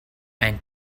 and